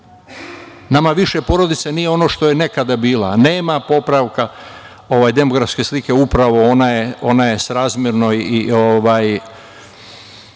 Nama više porodica nije ono što je nekada bila. Nema popravka demografske slike, upravo ona je srazmerno i